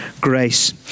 grace